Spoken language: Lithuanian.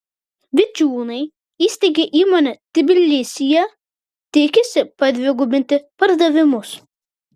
vičiūnai įsteigė įmonę tbilisyje tikisi padvigubinti pardavimus